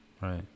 Right